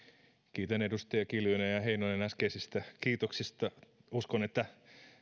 kiitän edustajia kiljunen ja ja heinonen äskeisistä kiitoksista uskon että